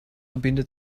bindet